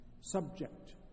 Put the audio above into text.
subject